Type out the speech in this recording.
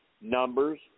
numbers